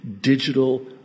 digital